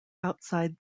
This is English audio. outside